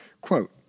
Quote